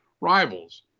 rivals